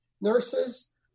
nurses